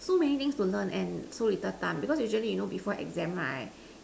so many things to learn and so little time because usually you know before exam right